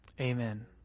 Amen